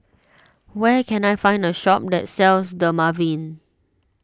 where can I find a shop that sells Dermaveen